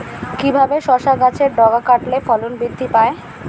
কিভাবে শসা গাছের ডগা কাটলে ফলন বৃদ্ধি পায়?